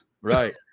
Right